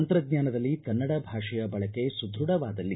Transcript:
ತಂತ್ರಜ್ಞಾನದಲ್ಲಿ ಕನ್ನಡ ಭಾಷೆಯ ಬಳಕೆ ಸುದ್ಭಢವಾದಲ್ಲಿ